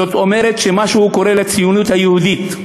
זאת אומרת שמשהו קורה לציונות היהודית,